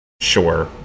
Sure